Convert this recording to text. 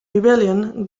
rebellion